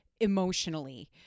emotionally